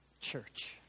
church